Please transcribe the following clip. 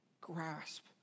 grasp